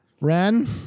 Ren